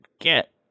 get